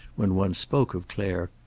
when one spoke of clare,